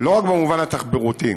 לא רק במובן התחבורתי.